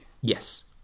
Yes